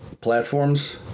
platforms